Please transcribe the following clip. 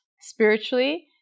spiritually